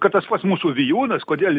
kad tas pats mūsų vijūnas kodėl